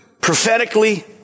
prophetically